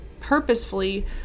purposefully